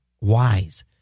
wise